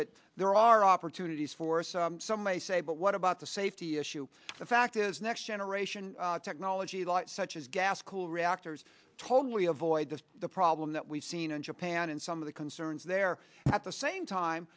that there are opportunities for us some may say but what about the safety issue the fact is next generation technology light such as gas cool reactors totally avoid the the problem that we've seen in japan and some of the concerns there at the same time